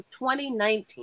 2019